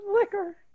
liquor